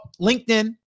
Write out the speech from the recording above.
LinkedIn